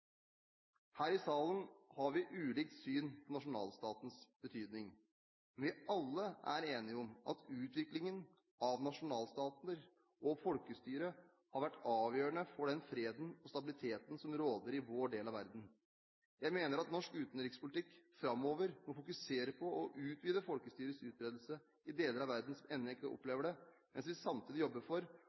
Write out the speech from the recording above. Her i salen har vi ulikt syn på nasjonalstatens betydning. Men vi er alle enige om at utviklingen av nasjonalstater og folkestyre har vært avgjørende for den freden og stabiliteten som råder i vår del av verden. Jeg mener at norsk utenrikspolitikk framover må fokusere på å utvide folkestyrets utbredelse i deler av verden som ennå ikke opplever det, mens vi samtidig jobber for